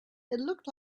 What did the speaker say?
looked